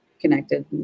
connected